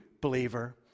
believer